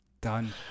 done